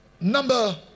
number